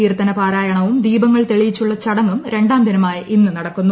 കീർത്തന പാരായണവും ദീപങ്ങൾ തെളിയിച്ചുള്ള ചടങ്ങും രണ്ടാം ദിനമായ ഇന്ന് നടക്കുന്നു